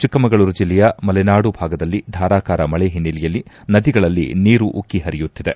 ಚಿಕ್ಕಮಗಳೂರು ಜಿಲ್ಲೆಯ ಮಲೆನಾಡು ಭಾಗದಲ್ಲಿ ಧಾರಾಕಾರ ಮಳಿ ಹಿನ್ನೆಲೆಯಲ್ಲಿ ನದಿಗಳಲ್ಲಿ ನೀರು ಉಕ್ಕಿ ಹರಿಯುತ್ತಿದೆ